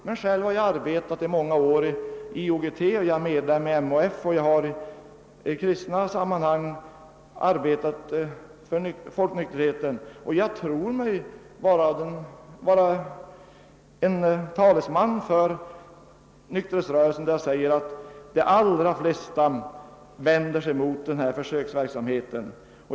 Men själv har jag under många år arbetat inom I.O.G.T., varit medlem av MHF och i kristna sammanhang verkat för folknykterheten, och jag tror mig vara en talesman för nykterhetsrörelsen då jag säger, att de allra flesta vänder sig mot denna försöksverksamhet.